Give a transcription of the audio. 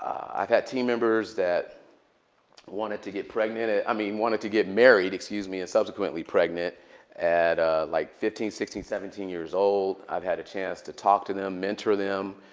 i've had team members that wanted to get pregnant ah i mean, wanted to get married excuse me and subsequently pregnant at like fifteen, sixteen, seventeen years old. i've had a chance to talk to them, mentor them,